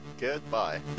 Goodbye